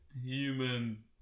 Human